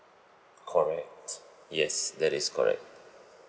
correct yes that is correct